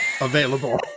available